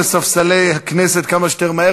סטטיסטיקאי לאומי פטריוט וציוני,